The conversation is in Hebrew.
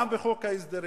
גם בחוק ההסדרים,